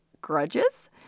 grudges